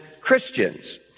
Christians